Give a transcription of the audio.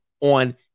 on